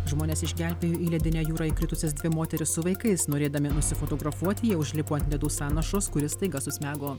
žmonės išgelbėjo į ledinę jūrą įkritusias dvi moteris su vaikais norėdami nusifotografuoti jie užlipo ant ledų sąnašos kuri staiga susmego